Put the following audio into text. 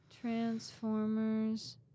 Transformers